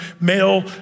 male